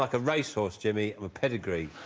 like a racehorse jimmy. i'm a pedigree